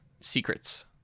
secrets